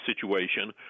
situation